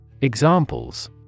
Examples